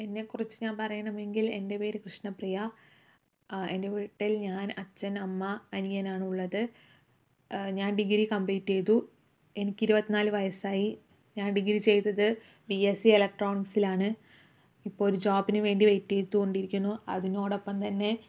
എന്നെക്കുറിച്ച് ഞാൻ പറയണമെങ്കിൽ എൻ്റെ പേര് കൃഷ്ണപ്രിയ എൻ്റെ വീട്ടിൽ ഞാൻ അച്ഛൻ അമ്മ അനിയനാണ് ഉള്ളത് ഞാൻ ഡിഗ്രി കംപ്ലീറ്റ് ചെയ്തു എനിക്ക് ഇരുപത്തി നാല് വയസ്സായി ഞാൻ ഡിഗ്രി ചെയ്തത് ബി എസ് സി ഇലക്ട്രോണിക്സിലാണ് ഇപ്പോൾ ഒരു ജോബിന് വേണ്ടി വെയിറ്റ് ചെയ്തുകൊണ്ടിരിക്കുന്നു അതിനോടൊപ്പം തന്നെ